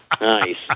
nice